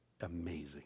amazing